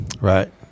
Right